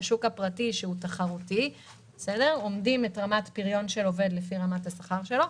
בשוק הפרטי שהוא תחרותי אומדים את רמת הפריון של עובד לפי רמת השכר שלו.